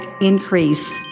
increase